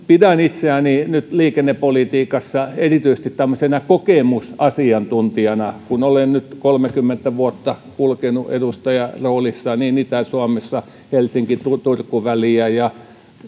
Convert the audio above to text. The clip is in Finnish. pidän itseäni nyt liikennepolitiikassa erityisesti tämmöisenä kokemusasiantuntijana kun olen nyt kolmekymmentä vuotta kulkenut edustajan roolissa niin itä suomessa helsinki turku turku väliä kuin